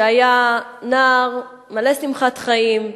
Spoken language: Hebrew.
שהיה נער מלא שמחת חיים,